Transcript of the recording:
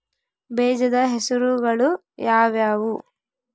ಬೇಜದ ಹೆಸರುಗಳು ಯಾವ್ಯಾವು?